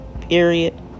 period